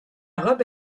robe